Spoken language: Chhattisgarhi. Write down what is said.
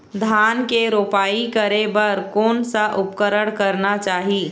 धान के रोपाई करे बर कोन सा उपकरण करना चाही?